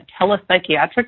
telepsychiatric